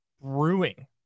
Brewing